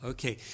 Okay